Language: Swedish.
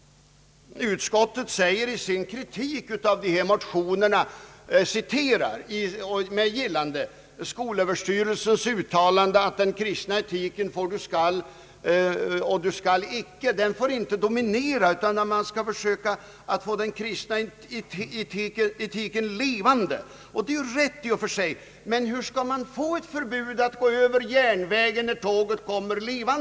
I sin kritik över dessa motioner citerar utskottet med gillande skolöverstyrelsens uttalande att den kristna etiken »du skall» och »du skall icke» inte får dominera. Man skall försöka att få den kristna etiken levande. Det är rätt i och för sig, men hur skall man levandegöra ett förbud mot att gå över järnvägen när tåget kommer?